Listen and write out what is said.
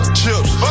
chips